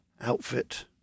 outfit